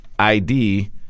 ID